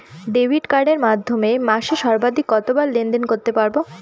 Debit কার্ডের মাধ্যমে মাসে সর্বাধিক কতবার লেনদেন করতে পারবো?